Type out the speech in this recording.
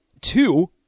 two